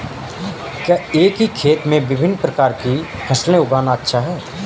क्या एक ही खेत में विभिन्न प्रकार की फसलें उगाना अच्छा है?